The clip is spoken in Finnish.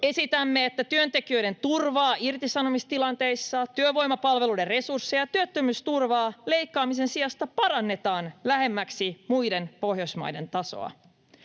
Esitämme, että työntekijöiden turvaa irtisanomistilanteissa, työvoimapalveluiden resursseja ja työttömyysturvaa leikkaamisen sijasta parannetaan lähemmäksi muiden Pohjoismaiden tasoa.